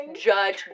judge